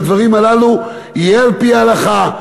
בדברים הללו יהיה על-פי ההלכה.